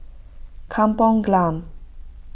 Kampung Glam